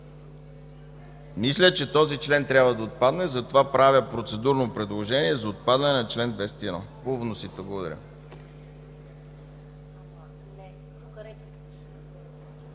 Мисля, че този член трябва да отпадне, затова правя процедурно предложение за отпадане на чл. 201 по вносител. Благодаря.